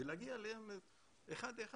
ולהגיע אליהם אחד אחד.